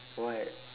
what